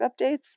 updates